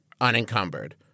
unencumbered